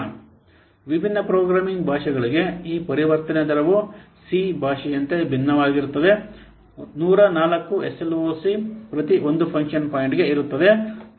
ನೋಡಿ ವಿಭಿನ್ನ ಪ್ರೋಗ್ರಾಮಿಂಗ್ ಭಾಷೆಗಳಿಗೆ ಈ ಪರಿವರ್ತನೆ ದರವು ಸಿ ಭಾಷೆಯಂತೆ ಭಿನ್ನವಾಗಿರುತ್ತದೆ 104 ಎಸ್ಎಲ್ಒಸಿ ಪ್ರತಿ 1 ಫಂಕ್ಷನ್ ಪಾಯಿಂಟ್ಗೆ ಇರುತ್ತದೆ